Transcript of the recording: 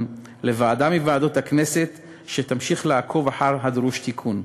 לוועדה מוועדות הכנסת שתמשיך לעקוב אחר הדרוש תיקון.